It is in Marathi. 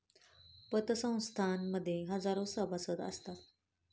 पतसंस्थां मध्ये हजारो सभासद असतात